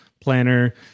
planner